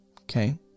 Okay